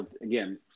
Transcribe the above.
Again